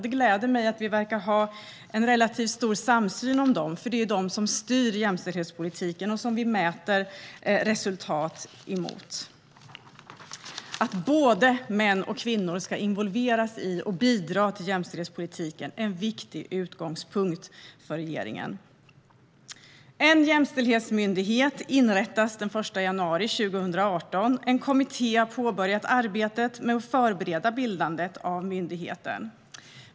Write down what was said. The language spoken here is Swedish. Det gläder mig att vi verkar ha en relativt stor samsyn om dessa delmål, eftersom det är de som styr jämställdhetspolitiken och eftersom det är dem som vi mäter resultat mot. Att både män och kvinnor ska involveras i och bidra till jämställdhetspolitiken är en viktig utgångspunkt för regeringen. En jämställdhetsmyndighet inrättas den 1 januari 2018, och en kommitté har påbörjat arbetet med att förbereda bildandet av myndigheten.